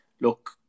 look